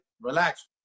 relax